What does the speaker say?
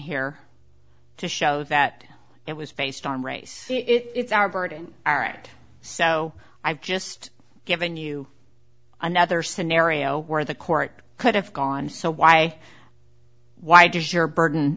here to show that it was based on race it's our burden all right so i've just given you another scenario where the court could have gone so why why does your burden